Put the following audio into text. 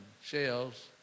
shells